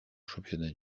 championnat